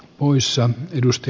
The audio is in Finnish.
uissa edusti